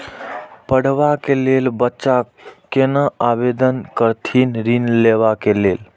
पढ़वा कै लैल बच्चा कैना आवेदन करथिन ऋण लेवा के लेल?